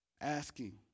asking